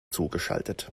zugeschaltet